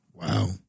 Wow